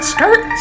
Skirt